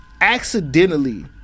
accidentally